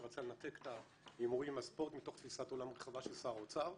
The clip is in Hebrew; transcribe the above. שרצה לנתק את ההימורים מהספורט מתוך תפיסת עולם רחבה של שר האוצר,